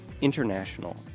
international